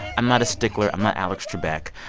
i'm not a stickler. i'm not alex trebek.